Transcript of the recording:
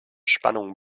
spannungen